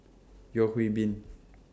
Yeo Hwee Bin